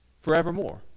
forevermore